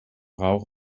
rauch